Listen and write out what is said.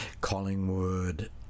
Collingwood